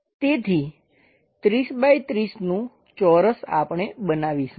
તેથી 30 બાય 30 નું ચોરસ આપણે બનાવીશું